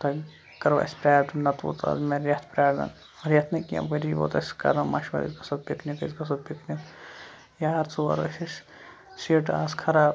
تۄہہِ کٔرٕو اَسہِ فروڈ نہ تہٕ ووت مےٚ رٮ۪تھ پاراران رٮ۪تھ نہٕ کیٚنہہ ؤری ووت اَسہِ کران مَشورٕ أسۍ گژھو پِکنِک أسۍ گژھو پِکنِک یار ژور ٲسۍ أسۍ سیٖٹہٕ آسہٕ خراب